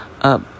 up